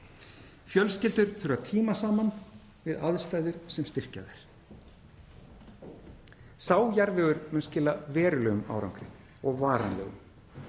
Fjölskyldur þurfa tíma saman við aðstæður sem styrkja þær. Sá jarðvegur mun skila verulegum árangri og varanlegum.